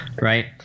right